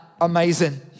amazing